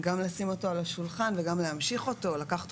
גם לשים אותו על השולחן וגם להמשיך אותו ולקחת